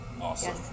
Awesome